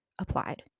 applied